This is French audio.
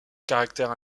caractères